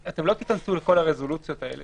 אתם לא תיכנסו לכל הרזולוציות האלה.